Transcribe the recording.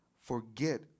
forget